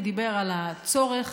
הוא דיבר על הצורך